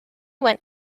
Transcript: went